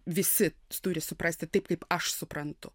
visi turi suprasti taip kaip aš suprantu